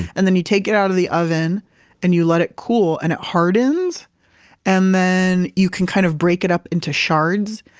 and then you take it out of the oven and you let it cool and it hardens and then, you can kind of break it up into shards.